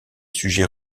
sujets